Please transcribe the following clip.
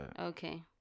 Okay